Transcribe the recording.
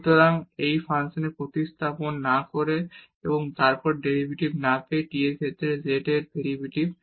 সুতরাং এই ফাংশনে প্রতিস্থাপন না করে এবং তারপর ডেরিভেটিভ না পেয়ে t এর ক্ষেত্রে z এর ডেরিভেটিভ